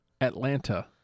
Atlanta